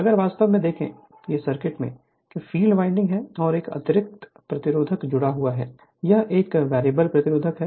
अगर वास्तव में देखें सर्किट कि यह फील्ड लीनिंग है और एक अतिरिक्त प्रतिरोध जुड़ा हुआ है यह एक वेरिएबल प्रतिरोध है